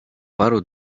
paru